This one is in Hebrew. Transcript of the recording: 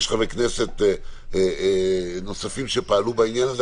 יש חברי כנסת נוספים שפעלו בעניין הזה.